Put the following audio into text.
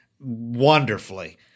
wonderfully